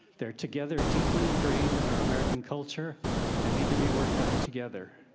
they're together deeply ingrained in our american culture and need to be worked on together.